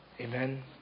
Amen